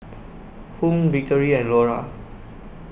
Hung Victory and Laura